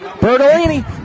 Bertolini